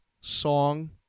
song